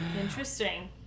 Interesting